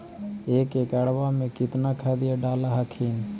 एक एकड़बा मे कितना खदिया डाल हखिन?